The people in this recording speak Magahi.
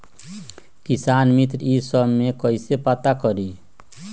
किसान मित्र ई सब मे कईसे पता करी?